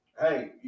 hey